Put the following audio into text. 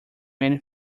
many